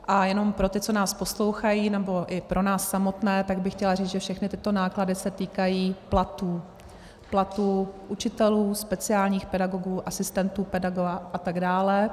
A jenom pro ty, co nás poslouchají, nebo i pro nás samotné bych chtěla říct, že všechny tyto náklady se týkají platů platů učitelů, speciálních pedagogů, asistenta pedagoga atd.